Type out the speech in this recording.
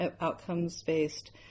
outcomes-based